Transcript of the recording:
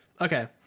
Okay